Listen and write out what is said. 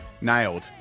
Nailed